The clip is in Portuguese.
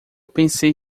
pensei